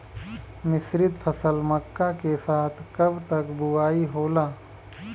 मिश्रित फसल मक्का के साथ कब तक बुआई होला?